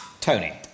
Tony